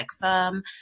firm